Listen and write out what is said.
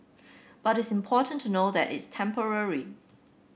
but it's important to know that it's temporary